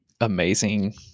amazing